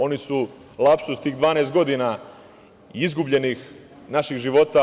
Oni su lapsus tih 12 godina izgubljenih naših života.